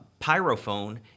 pyrophone